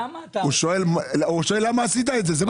הוא שואל למה עשית את זה.